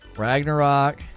Ragnarok